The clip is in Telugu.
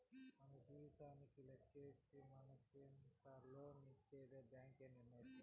మన జీతానికే లెక్కేసి మనకెంత లోన్ ఇచ్చేది బ్యాంక్ ఏ నిర్ణయిస్తుంది